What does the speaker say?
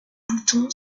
bouton